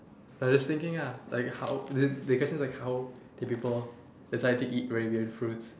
like just thinking ah like how the the question is like how did people decide to eat fruits